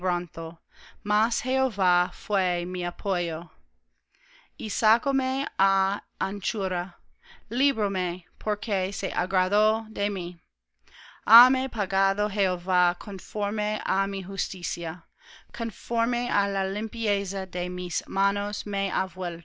mas jehová fué mi apoyo y sacóme á anchura libróme porque se agradó de mí hame pagado jehová conforme á mi justicia conforme á la limpieza de mis manos